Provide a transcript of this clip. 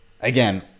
again